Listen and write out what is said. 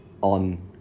on